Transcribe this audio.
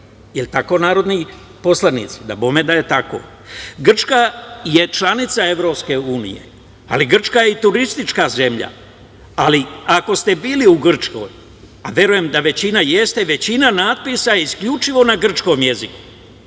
Jel tako narodni poslanici? Dabome da je tako.Grčka je članica EU, ali Grčka je i turistička zemlja, ali ako ste bili u Grčkoj, a verujem da većina jeste, većina natpisa je isključivo na grčkom jeziku.